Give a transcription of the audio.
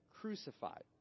crucified